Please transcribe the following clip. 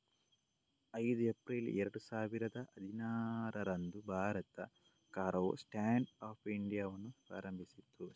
ಐದು ಏಪ್ರಿಲ್ ಎರಡು ಸಾವಿರದ ಹದಿನಾರರಂದು ಭಾರತ ಸರ್ಕಾರವು ಸ್ಟ್ಯಾಂಡ್ ಅಪ್ ಇಂಡಿಯಾವನ್ನು ಪ್ರಾರಂಭಿಸಿತು